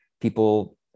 people